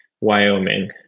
wyoming